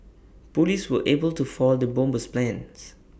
Police were able to foil the bomber's plans